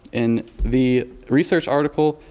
in the research article,